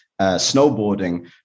snowboarding